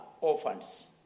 orphans